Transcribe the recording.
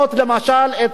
את דני דנון,